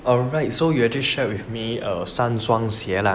alright so you actually shared with me err 三双鞋 lah